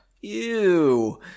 Ew